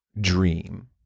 dream